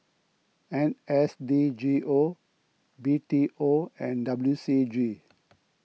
N S D G O B T O and W C G